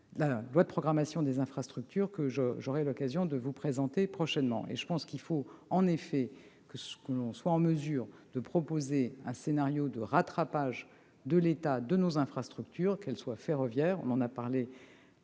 de loi de programmation des infrastructures que j'aurai l'occasion de vous présenter prochainement. Je pense que nous devons, en effet, être en mesure de proposer un scénario de rattrapage de l'état de nos infrastructures, qu'elles soient ferroviaires- nous les avons évoquées